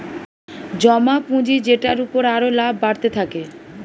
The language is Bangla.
জমা পুঁজি যেটার উপর আরো লাভ বাড়তে থাকে